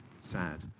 Sad